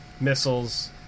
missiles